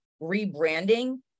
rebranding